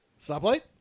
stoplight